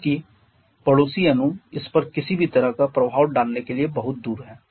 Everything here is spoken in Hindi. क्योंकि पड़ोसी अणु इस पर किसी भी तरह का प्रभाव डालने के लिए बहुत दूर हैं